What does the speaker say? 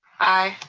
aye.